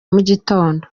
mugitondo